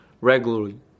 regularly